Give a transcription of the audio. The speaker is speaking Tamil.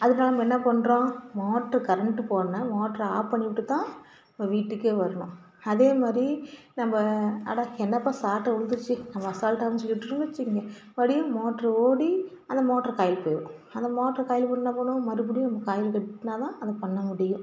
அதுக்காக நம்ம என்ன பண்றோம் மோட்ரு கரண்டு போனோடனே மோட்ரை ஆப் பண்ணி விட்டு தான் நம்ம வீட்டுக்கே வரணும் அதே மாதிரி நம்ம அட என்ன பா ஸார்ட்டு உழுந்திரிச்சி நம்ம அசால்டாக அப்படின் சொல்லி விட்டுட்டோம்னு வச்சிக்கோங்க மறுபடியும் மோட்ரு ஓடி அந்த மோட்ரு காயில் போயிடும் அந்த மோட்ரு காயில் போயிட்டுன்னால் கூடும் மறுபடியும் காயில் கட்டுனால் தான் அதை பண்ண முடியும்